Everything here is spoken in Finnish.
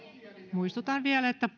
muistutan vielä että